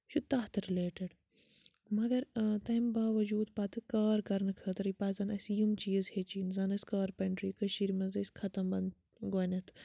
یہِ چھُ تَتھ رِلیٹِڈ مگر تَمہِ باوجوٗد پَتہٕ کار کَرنہٕ خٲطرٕے پَزَن اَسہِ یِم چیٖز ہیٚچھِنۍ زَن ٲسۍ کارپٮ۪نٛٹِرٛی کٔشیٖرِ منٛز ٲسۍ ختمبنٛد گۄڈٕنٮ۪تھ